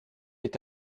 est